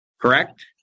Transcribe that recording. correct